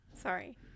Sorry